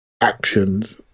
actions